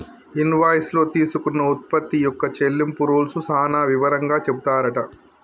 invoice లో తీసుకున్న ఉత్పత్తి యొక్క చెల్లింపు రూల్స్ సాన వివరంగా చెపుతారట